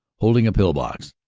holding a pill-box,